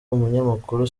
umunyamakuru